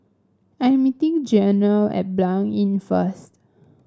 I am meeting Jeana at Blanc Inn first